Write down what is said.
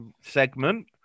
segment